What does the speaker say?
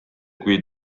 kuid